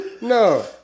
No